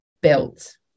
built